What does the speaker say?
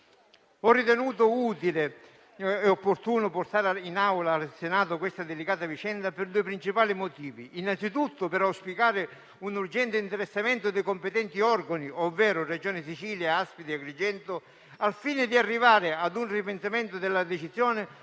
Ho ritenuto utile e opportuno portare in Aula questa delicata vicenda per due principali motivi: innanzitutto per auspicare un urgente interessamento dei competenti organi, ovvero Regione Siciliana e ASP di Agrigento, al fine di arrivare a un ripensamento della decisione